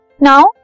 Now